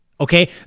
Okay